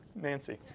Nancy